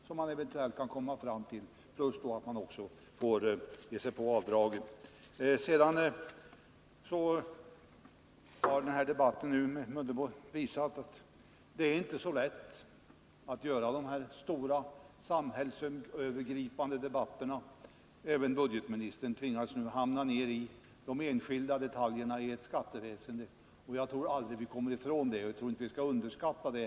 Samtidigt måste man ta itu med avdragen. Den här debatten, herr Mundebo, har visat att det inte är så lätt att föra stora samhällsövergripande debatter. Även budgetministern tvingas ta upp enskilda detaljer i skatteresonemanget. Jag tror aldrig att vi kommer ifrån det, och vi skall inte heller underskatta det.